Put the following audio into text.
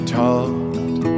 talked